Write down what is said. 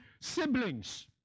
Siblings